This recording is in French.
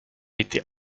été